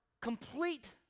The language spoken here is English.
complete